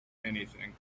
anything